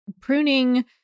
pruning